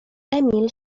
emil